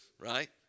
right